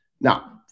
Now